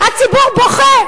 הציבור בוכה,